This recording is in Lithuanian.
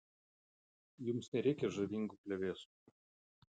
jums nereikia žavingų plevėsų